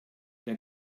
der